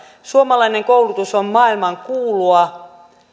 suomalainen koulutus on maailmankuulua